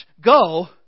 go